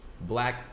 black